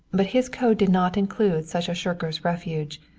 but his code did not include such a shirker's refuge.